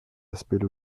aspects